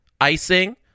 icing